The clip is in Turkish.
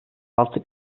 altı